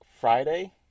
Friday